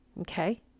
Okay